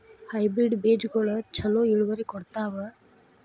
Hybrid ಬೇಜಗೊಳು ಛಲೋ ಇಳುವರಿ ಕೊಡ್ತಾವ?